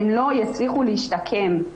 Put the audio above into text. הן לא יצליחו להשתקם.